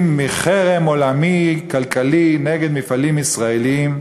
מחרם כלכלי עולמי נגד מפעלים ישראליים,